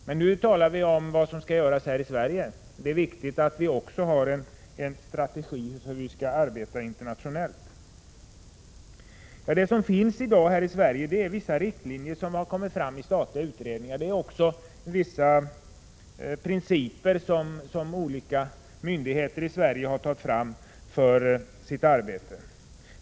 Men nu talar vi om vad som skall göras här i Sverige, även om det naturligtvis är viktigt att vi också har en strategi för hur vi skall arbeta internationellt. Vi har här i Sverige vissa riktlinjer som kommit fram i samband med statliga utredningar. Det finns också vissa principer som olika myndigheter i Sverige har fastställt för sitt arbete.